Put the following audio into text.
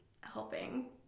helping